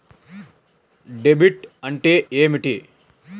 Debit అంటే ఏమిటి?